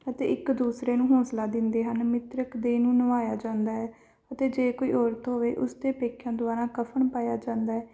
ਅਤੇ ਇੱਕ ਦੂਸਰੇ ਨੂੰ ਹੌਂਸਲਾ ਦਿੰਦੇ ਹਨ ਮ੍ਰਿਤਕ ਦੇਹ ਨੂੰ ਨਵਾਇਆ ਜਾਂਦਾ ਹੈ ਅਤੇ ਜੇ ਕੋਈ ਔਰਤ ਹੋਵੇ ਉਸ ਦੇ ਪੇਕਿਆਂ ਦੁਆਰਾ ਕਫ਼ਨ ਪਾਇਆ ਜਾਂਦਾ ਹੈ